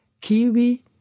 Kiwi